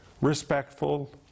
respectful